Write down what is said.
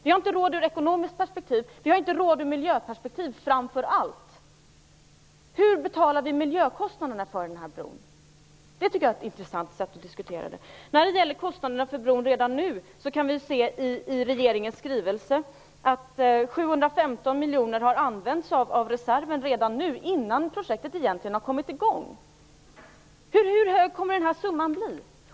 Vi har inte råd med den från ett ekonomiskt perspektiv, och framför allt har vi inte råd med den från ett miljöperspektiv. Hur täcker vi miljökostnaderna för bron? Det tycker jag är ett intressant sätt att diskutera detta. Av regeringens skrivelse framgår när det gäller kostnaderna för bron att redan nu har 715 miljoner kronor från reserven använts; och detta innan projektet egentligen har kommit i gång! Hur hög blir den här summan?